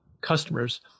customers